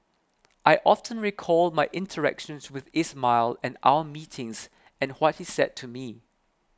I often recall my interactions with Ismail and our meetings and what he said to me